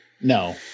no